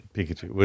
Pikachu